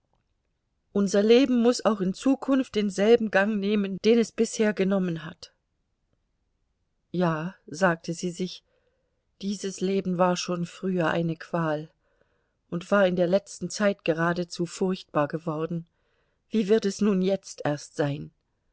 unser leben muß auch in zukunft denselben gang nehmen den es bisher genommen hat ja sagte sie sich dieses leben war schon früher eine qual und war in der letzten zeit geradezu furchtbar geworden wie wird es nun jetzt erst sein